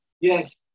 Yes